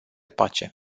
pace